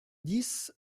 dix